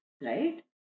right